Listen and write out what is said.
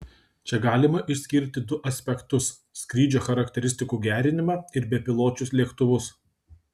čia galima išskirti du aspektus skrydžio charakteristikų gerinimą ir bepiločius lėktuvus